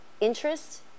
interest